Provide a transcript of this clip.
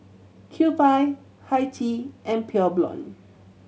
Kewpie Hi Tea and Pure Blonde